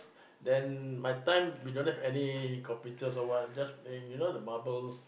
then my time we don't have any computers or what just playing you know the marbles